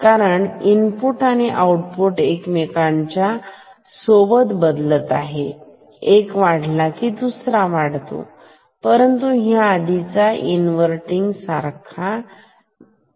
कारण इनपुट आणि आउटपुट एकमेकांना सोबत बदलत आहेत एक वाढला की दुसराही वाढतो परंतु ह्या आधीचा इन्व्हर्टिनग सारखा होता